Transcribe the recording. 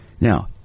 Now